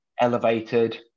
elevated